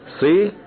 See